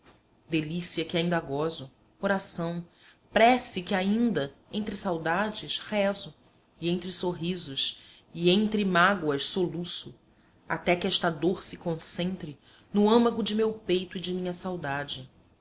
delícia que ainda gozo oração prece que ainda entre saudades rezo e entre sorrisos e entre mágoas soluço até que esta dor se concentre no âmago de meu peito e de minha saudade